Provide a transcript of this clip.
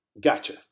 Gotcha